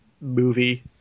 movie